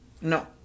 no